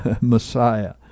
Messiah